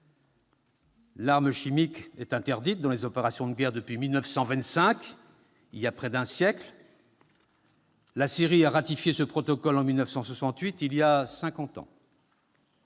L'arme chimique est interdite dans les opérations de guerre depuis 1925, il y a près d'un siècle. La Syrie a ratifié ce protocole en 1968, il y a cinquante